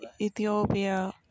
Ethiopia